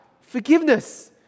Forgiveness